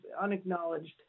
unacknowledged